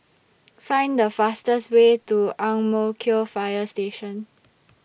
Find The fastest Way to Ang Mo Kio Fire Station